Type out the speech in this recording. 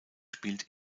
spielt